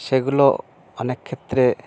সেগুলো অনেকক্ষেত্রে